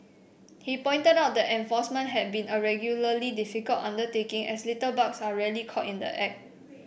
he pointed out that enforcement had been a regularly difficult undertaking as litterbugs are rarely caught in the act